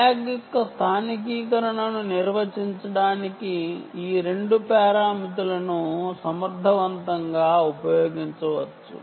tag యొక్క స్థానికీకరణను నిర్వహించడానికి ఈ 2 పారామితులను సమర్థవంతంగా ఉపయోగించవచ్చు